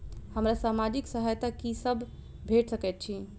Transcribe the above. हमरा सामाजिक सहायता की सब भेट सकैत अछि?